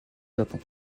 japon